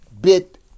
bit